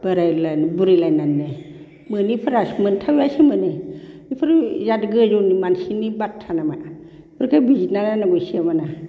बोरायलाय बुरैलायनानैनो मोनिफोरा मोनथायबासो मोनो बेफोरो बिराद गोजौनि मानसिनि बाथ्रा नामा बेफोरखौ बिजिरनानै नायनांगौ इसे माने